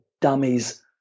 dummies